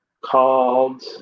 called